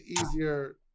easier